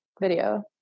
video